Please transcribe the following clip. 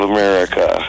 America